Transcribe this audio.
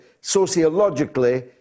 sociologically